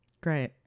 Great